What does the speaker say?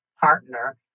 partner